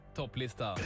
topplista